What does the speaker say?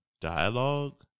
dialogue